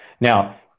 Now